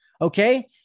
okay